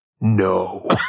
no